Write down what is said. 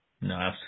No